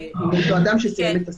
מפגש סיכום עם אותו אדם שסיים את הסדנה,